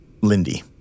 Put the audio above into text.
Lindy